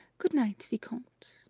good night, viscount.